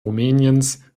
rumäniens